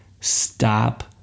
Stop